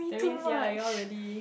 that means ya you all really